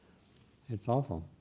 it's awful.